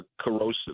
corrosive